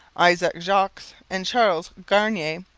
isaac jogues, and charles garnier,